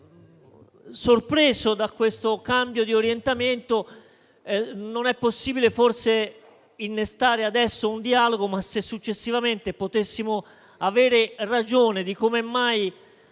sorpreso da questo cambio di orientamento. Non è possibile forse innestare adesso un dialogo. Ma, se successivamente potessimo avere ragione di come mai